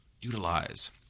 utilize